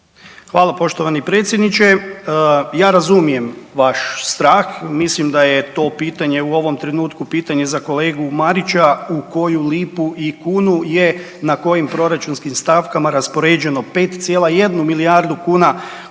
Hvala poštovani predsjedniče. Ja razumijem vaš strah. Mislim da je to pitanje u ovom trenutku pitanje za kolegu Marića, u koju lipu i kunu je na kojim proračunskim stavkama raspoređeno 5,1 milijardu kuna koje